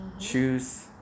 choose